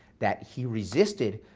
that he resisted,